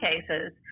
cases